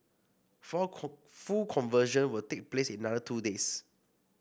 for full conversion will take place in another two days